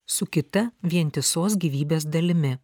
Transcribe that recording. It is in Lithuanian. su kita vientisos gyvybės dalimi